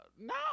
no